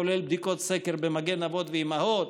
כולל בדיקות סקר ב"מגן אבות ואימהות",